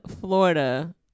florida